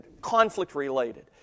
conflict-related